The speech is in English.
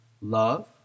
love